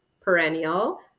Perennial